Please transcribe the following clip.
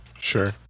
Sure